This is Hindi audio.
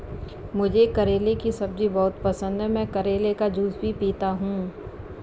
मुझे करेले की सब्जी बहुत पसंद है, मैं करेले का जूस भी पीता हूं